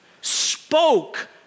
spoke